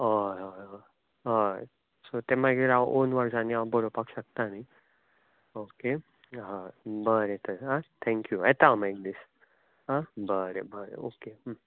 हय अय अय हय सो तें मागीर हांव ओन वर्ड्सांनीं हांव बरोवपाक शकता न्हय ओके हय बरें तर हां थेंक यू येता हांव मागीर एक दीस हां बरें बरें ओके